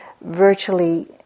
virtually